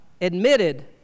admitted